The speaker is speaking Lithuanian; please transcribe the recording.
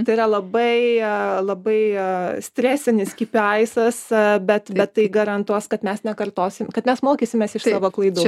tai yra labai a labai a stresinis kipėaisas a bet tai garantuos kad mes nekartosim kad mes mokysimės iš savo klaidų